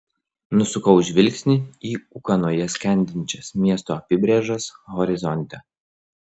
nusukau žvilgsnį į ūkanoje skendinčias miesto apybrėžas horizonte